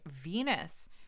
Venus